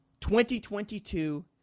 2022